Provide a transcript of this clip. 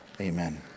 Amen